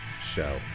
show